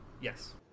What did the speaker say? yes